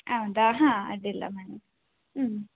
ಹೌದಾ ಹಾಂ ಅಡ್ಡಿಯಿಲ್ಲ ಬನ್ನಿ